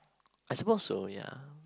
I suppose so ya